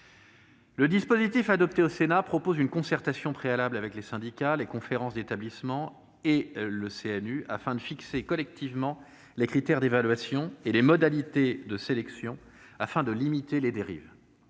Le dispositif adopté au Sénat propose une concertation préalable avec les syndicats, les conférences d'établissement et le CNU, afin de fixer collectivement les critères d'évaluation et les modalités de sélection en vue de limiter les dérives.